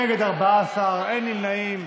נגד, 14, אין נמנעים.